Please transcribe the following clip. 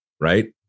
right